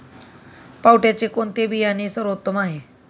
पावट्याचे कोणते बियाणे सर्वोत्तम आहे?